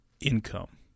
Income